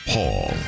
Paul